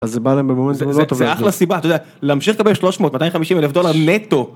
אז זה זה אחלה סיבה אתה יודע להמשיך לקבל 300 250 אלף דולר נטו.